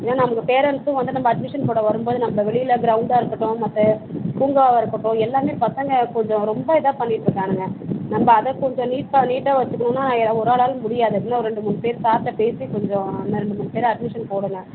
ஏன்னா நமக்கு பேரண்ட்ஸ்ஸும் வந்து நமக்கு அட்மிஷன் போட வரும் போது நம்ப வெளியில க்ரௌண்டாக இருக்கட்டும் மற்ற பூங்காவாக இருக்கட்டும் எல்லாமே பசங்க கொஞ்ச ரொம்ப இதாக பண்ணிகிட்டு இருக்கானுங்க நம்ம அதை கொஞ்ச நீட்டாக நீட்டாக வச்சிக்கணும்னு என் ஒரு ஆள்லால் முடியாது இன்னும் ரெண்டு மூணு பேர் சார்கிட்ட பேசி கொஞ்ச இன்னும் ரெண்டு மூணு பேர் அட்மிஷன் போடுங்கள்